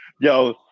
Yo